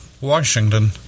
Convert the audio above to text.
Washington